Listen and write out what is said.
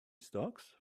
stocks